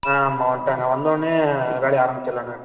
ஆ ஆமாம் வந்துவிட்டாங்க வந்தோன்னே வேலையை ஆரமிச்சிலாம்ண்ண